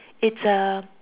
it's a